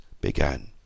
began